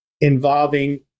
involving